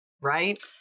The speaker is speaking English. right